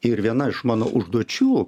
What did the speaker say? ir viena iš mano užduočių